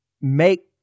make